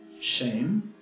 shame